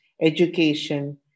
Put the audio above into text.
education